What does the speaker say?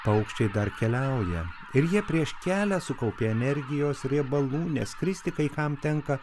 paukščiai dar keliauja ir jie prieš kelią sukaupė energijos riebalų nes skristi kai kam tenka